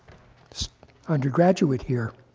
so undergraduate here.